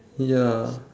ya